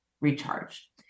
recharge